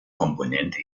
komponente